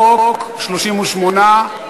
ההצעה להעביר את הצעת חוק שירותי הדת היהודיים (תיקון,